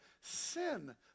sin